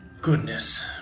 Goodness